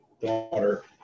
daughter